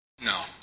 No